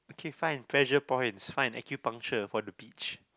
okay fine pressure points fine acupuncture for the beach